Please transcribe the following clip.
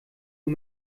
nur